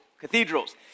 cathedrals